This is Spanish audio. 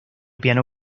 piano